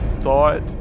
thought